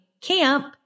camp